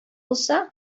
булса